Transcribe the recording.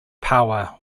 power